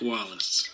Wallace